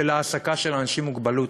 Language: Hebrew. של העסקה של אנשים עם מוגבלות.